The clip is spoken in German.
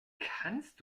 kannst